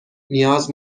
نیاز